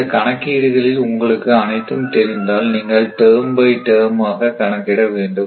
இந்த கணக்கீடுகளில் உங்களுக்கு அனைத்தும் தெரிந்தால் நீங்கள் டேர்ம் பை டேர்ம் ஆக கணக்கிட வேண்டும்